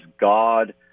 God